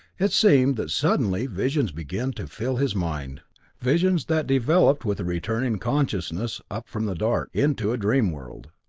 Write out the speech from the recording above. it seemed that suddenly visions began to fill his mind visions that developed with a returning consciousness up from the dark, into a dream world.